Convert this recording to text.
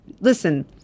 listen